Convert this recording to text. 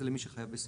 זה למי שחייב בסימון.